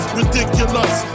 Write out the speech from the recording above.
ridiculous